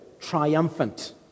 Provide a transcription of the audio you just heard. triumphant